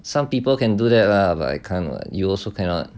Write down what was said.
some people can do that lah but I can't [what] also cannot